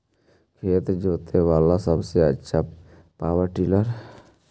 खेत जोते बाला सबसे आछा पॉवर टिलर?